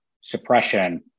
suppression